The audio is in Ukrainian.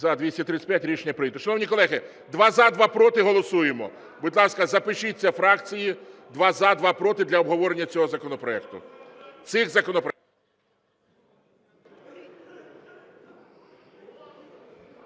За-235 Рішення прийнято. Шановні колеги: два – за, два – проти і голосуємо. Будь ласка, запишіться фракції: два – за, два – проти, для обговорення цього законопроекту.